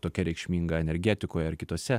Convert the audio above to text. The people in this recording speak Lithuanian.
tokia reikšminga energetikoje ir kitose